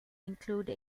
include